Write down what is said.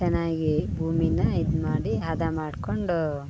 ಚೆನ್ನಾಗಿ ಭೂಮಿನ ಇದು ಮಾಡಿ ಹದ ಮಾಡಿಕೊಂಡು